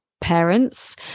parents